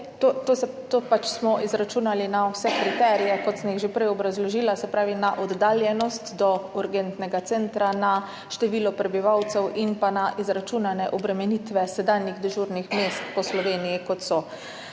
To smo pač izračunali glede na vse kriterije, ki sem jih že prej obrazložila, se pravi glede na oddaljenost do urgentnega centra, število prebivalcev in izračunane obremenitve sedanjih dežurnih mest po Sloveniji.